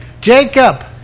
Jacob